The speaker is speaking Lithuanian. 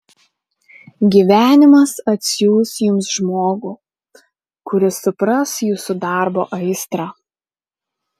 gyvenimas atsiųs jums žmogų kuris supras jūsų darbo aistrą